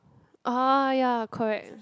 oh ya correct